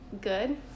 good